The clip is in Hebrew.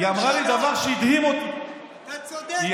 אתה צודק, צריך להחליף את הממשלה.